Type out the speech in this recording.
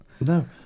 No